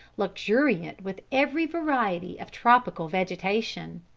luxuriant with every variety of tropical vegetation.